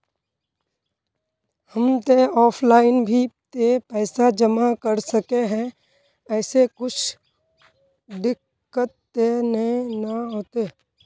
हम ते ऑफलाइन भी ते पैसा जमा कर सके है ऐमे कुछ दिक्कत ते नय न होते?